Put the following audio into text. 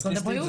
סטטיסטית,